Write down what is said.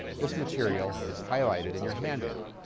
this material is highlighted in your handout.